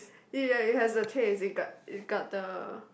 ya it has the taste it got it got the